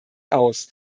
aus